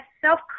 self